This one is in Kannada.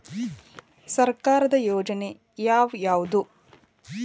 ಸರ್ಕಾರದ ಯೋಜನೆ ಯಾವ್ ಯಾವ್ದ್?